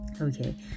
Okay